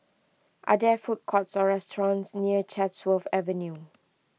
are there food courts or restaurants near Chatsworth Avenue